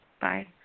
Bye